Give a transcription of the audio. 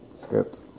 Script